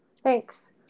Thanks